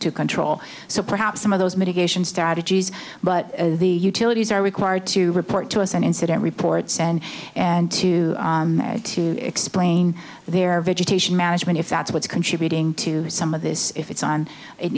to control so perhaps some of those mitigation strategies but the utilities are required to report to us and incident reports and and to to explain their vegetation management if that's what's contributing to some of this if it's on